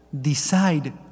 Decide